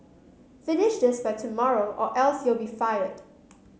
finish this by tomorrow or else you'll be fired